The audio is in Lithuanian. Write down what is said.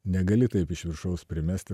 negali taip iš viršaus primesti